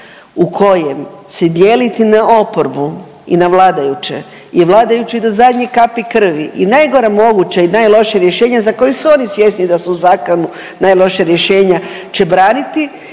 u kojem se dijeliti na oporbu i na vladajuće jer vladajući idu do zadnje kapi krvi i nagore moguće i najlošije rješenje za koje su oni svjesni da su u zakonu najlošija rješenja će braniti